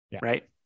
right